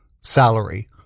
salary